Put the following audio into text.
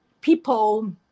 People